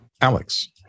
Alex